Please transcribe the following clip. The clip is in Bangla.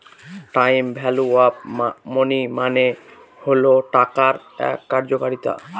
টাইম ভ্যালু অফ মনি মানে হল টাকার এক কার্যকারিতা